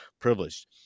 privileged